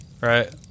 right